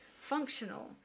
functional